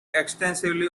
extensively